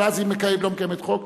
אבל אז היא לא מקיימת חוק.